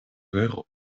vero